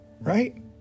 right